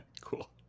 Cool